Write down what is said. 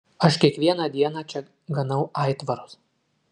aš kiekvieną dieną čia ganau aitvarus